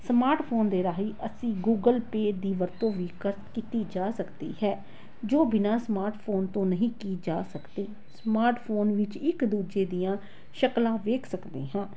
smartphone ਦੇ ਰਾਹੀਂ ਅਸੀਂ ਗੂਗਲ ਪੇ ਦੀ ਵਰਤੋਂ ਵੀ ਕਰ ਕੀਤੀ ਜਾ ਸਕਦੀ ਹੈ ਜੋ ਬਿਨਾਂ ਸਮਾਰਟਫੋਨ ਤੋਂ ਨਹੀਂ ਕੀ ਜਾ ਸਕਦੇ ਸਮਾਰਟਫੋਨ ਵਿੱਚ ਇੱਕ ਦੂਜੇ ਦੀਆਂ ਸ਼ਕਲਾਂ ਵੇਖ ਸਕਦੇ ਹਾਂ